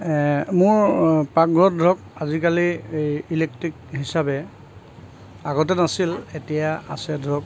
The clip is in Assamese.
মোৰ পাকঘৰত ধৰক আজিকালি ইলেক্টিক হিচাপে আগতে নাছিল এতিয়া আছে ধৰক